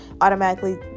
automatically